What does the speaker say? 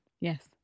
Yes